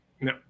No